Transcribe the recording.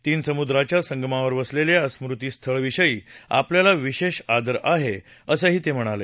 तीन समुद्राच्या संगमावर क्सलेल्या या समृती स्थळ विषयी आपल्याला विशेष आदर आहे असंही ते म्हणाले